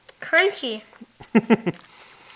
Crunchy